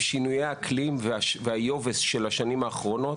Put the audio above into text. עם שינויי האקלים והיובש של השנים האחרונות,